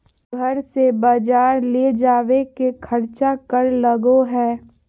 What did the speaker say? घर से बजार ले जावे के खर्चा कर लगो है?